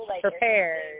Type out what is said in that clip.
prepared